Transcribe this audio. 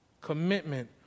Commitment